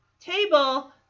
table